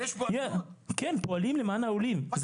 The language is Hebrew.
פועלים למען העולים.